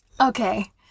Okay